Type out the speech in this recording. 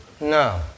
No